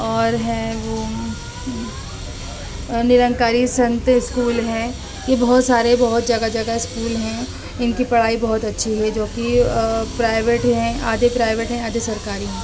اور ہے وہ نرنکاری سنت اسکول ہے یہ بہت سارے بہت جگہ جگہ اسکول ہیں ان کی پڑھائی بہت اچھی ہے جوکہ پرائیویٹ ہیں آدھے پرائیویٹ ہیں آدھے سرکاری ہیں